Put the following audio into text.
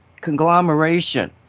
conglomeration